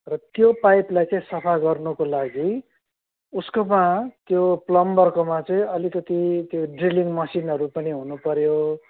र त्यो पाइपलाई चाहिँ सफा गर्नुको लागि उसकोमा त्यो प्लम्बरकोमा चाहिँ अलिकति त्यो ड्रिलिङ मसिनहरू पनि हुनु पऱ्यो